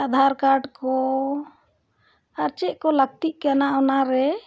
Aadhaar card ᱠᱚ ᱟᱨ ᱪᱮᱫ ᱠᱚ ᱞᱟᱹᱠᱛᱤᱜ ᱠᱟᱱᱟ ᱚᱱᱟᱨᱮ